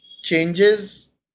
Changes